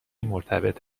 مرتبط